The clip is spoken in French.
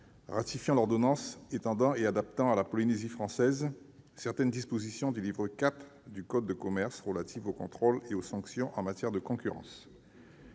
ratification de l'ordonnance étendant et adaptant à la Polynésie française certaines dispositions du livre IV du code de commerce relatives aux contrôles et aux sanctions en matière de concurrence.